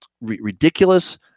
ridiculous